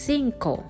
Cinco